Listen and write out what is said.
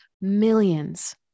millions